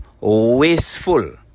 wasteful